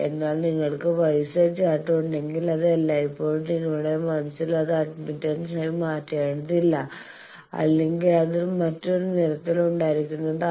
എന്നാൽ നിങ്ങൾക്ക് Y Z chart ഉണ്ടെങ്കിൽ അത് എല്ലായ്പ്പോഴും നിങ്ങളുടെ മനസ്സിൽ അത് അഡ്മിറ്റൻസായി മാറ്റേണ്ടതില്ല അല്ലെങ്കിൽ അത് മറ്റൊരു നിറത്തിൽ ഉണ്ടായിരിക്കുന്നതാണ്